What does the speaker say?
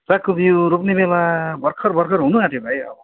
सागको बिउ रोप्ने बेला भर्खर भर्खर हुनु आँट्यो भाइ